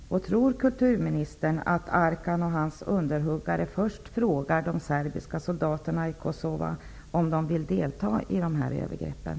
Tror kulturministern att Arkan och hans underhuggare först frågar de serbiska soldaterna i Kosova om de vill delta i de här övergreppen?